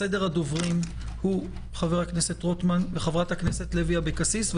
סדר הדוברים הוא חברי הכנסת רוטמן ולוי אבקסיס.